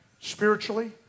Spiritually